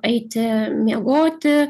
eiti miegoti